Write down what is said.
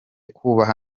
kubaha